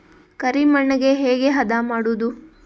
ಕರಿ ಮಣ್ಣಗೆ ಹೇಗೆ ಹದಾ ಮಾಡುದು?